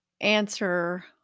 answer